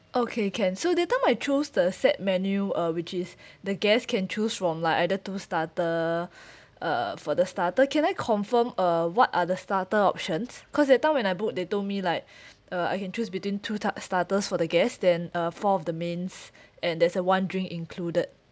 okay can so that time I choose the set menu uh which is the guests can choose from like either two starter uh for the starter can I confirm uh what are the starter options cause that time when I book they told me like uh I can choose between two start starters for the guests then uh four of the mains and there's a one drink included